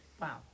wow